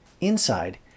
Inside